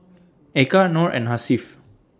Eka Nor and Hasif